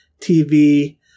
TV